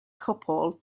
couple